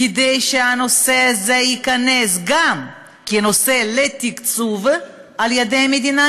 כדי שהנושא הזה ייכנס גם כנושא לתקצוב על-ידי המדינה,